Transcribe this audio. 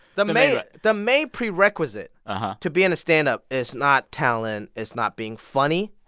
the the main the main prerequisite to being a stand-up is not talent. it's not being funny.